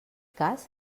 cas